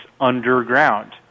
underground